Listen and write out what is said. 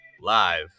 Live